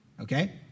Okay